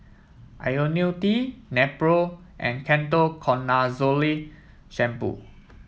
IoniL T Nepro and Ketoconazole Shampoo